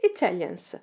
Italians